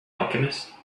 alchemist